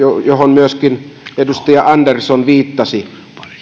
johon myöskin edustaja andersson viittasi